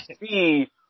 see